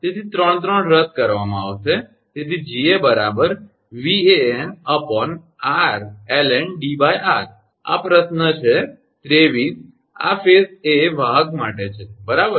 તેથી 3 3 રદ કરવામાં આવશે અને તેથી 𝐺𝑎 𝑉𝑎𝑛𝑟ln𝐷𝑟 આ પ્રશ્ન છે 23 આ ફેઝ 𝑎 વાહક માટે છે બરાબર